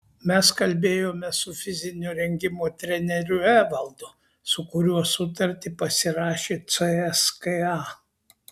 mes kalbėjome su fizinio rengimo treneriu evaldu su kuriuo sutartį pasirašė cska